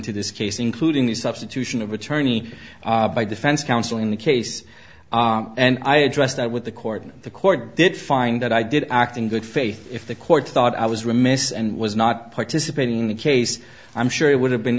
to this case including the substitution of attorney by defense counsel in the case and i addressed that with the court and the court did find that i did act in good faith if the court thought i was remiss and was not participating in the case i'm sure it would have been